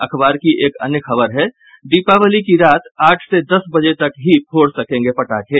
अखबार की एक अन्य खबर है दीपावली की रात आठ से दस बजे तक ही फोड़ सकेंगे पटाखे